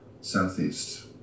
southeast